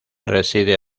reside